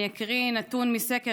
אני אקריא נתון מסקר